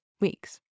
weeks